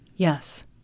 Yes